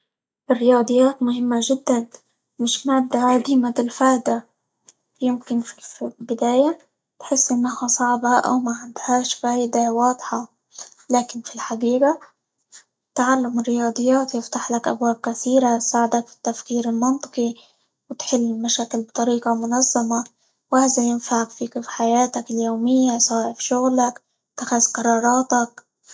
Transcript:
الرياضيات مهمة جدًا، مش مادة عديمة الفايدة، يمكن -ف- في البداية تحس إنها صعبة، أو ما عندهاش فايدة واضحة، لكن في الحقيقة تعلم الرياضيات يفتح لك أبواب كثيرة، يساعدك في التفكير المنطقى، وتحل المشاكل بطريقة منظمة، وهذا ينفعك -في- في حياتك اليومية سواء في شغلك، إتخاذ قراراتك.